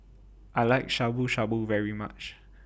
I like Shabu Shabu very much